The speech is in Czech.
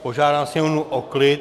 Požádám sněmovnu o klid.